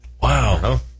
Wow